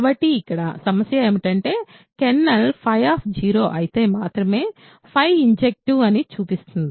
కాబట్టి ఇక్కడ సమస్య ఏమిటంటే కెర్నల్ అయితే మాత్రమే ఇన్జెక్టివ్ అని చూపిస్తుంది